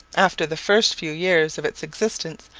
after the first few years of its existence,